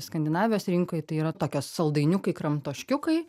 skandinavijos rinkoj tai yra tokios saldainiukai kramtoškiukai